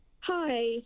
Hi